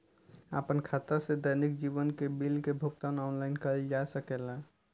आपन खाता से दैनिक जीवन के बिल के भुगतान आनलाइन कइल जा सकेला का?